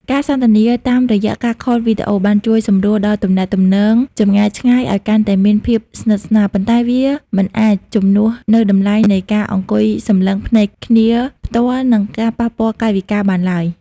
ការសន្ទនាតាមរយៈការខលវីដេអូ បានជួយសម្រួលដល់ទំនាក់ទំនងចម្ងាយឆ្ងាយឱ្យកាន់តែមានភាពស្និទ្ធស្នាល ប៉ុន្តែវាមិនអាចជំនួសនូវតម្លៃនៃការអង្គុយសម្លឹងភ្នែកគ្នាផ្ទាល់ និងការប៉ះពាល់កាយវិការបានឡើយ។